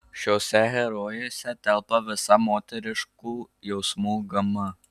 šiose herojėse telpa visa moteriškų jausmų gama